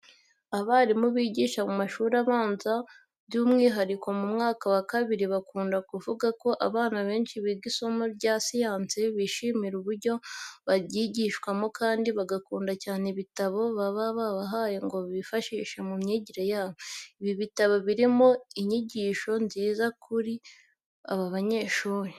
Abarimu bigisha mu mashuri abanza by'umwihariko mu mwaka wa kabiri bakunda kuvuga ko abana benshi biga isomo rya siyanse bishimira uburyo baryigishwamo kandi bagakunda cyane ibitabo babahaye ngo bibafashe mu myigire yabo. Ibi bitabo birimo inyigisho nziza kuri aba banyeshuri.